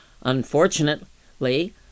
Unfortunately